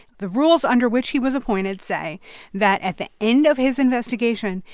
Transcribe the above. the rules under which he was appointed say that at the end of his investigation,